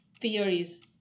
Theories